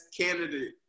candidate